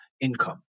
income